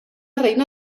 reina